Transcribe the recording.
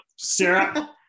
Sarah